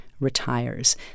Retires